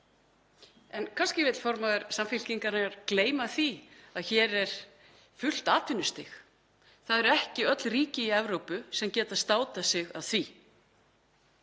En kannski vill formaður Samfylkingarinnar gleyma því að hér er fullt atvinnustig. Það eru ekki öll ríki í Evrópu sem geta státað sig af því.